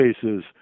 cases